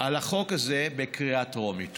על החוק הזה בקריאה טרומית.